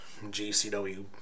GCW